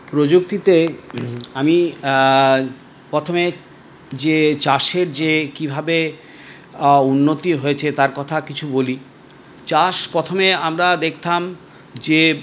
প্রযুক্তিতে আমি প্রথমে যে চাষের যে কিভাবে উন্নতি হয়েছে তার কথা কিছু বলি চাষ প্রথমে আমরা দেখতাম যে